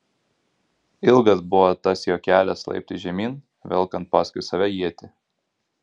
ilgas buvo tas jo kelias laiptais žemyn velkant paskui save ietį